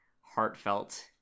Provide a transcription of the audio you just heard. heartfelt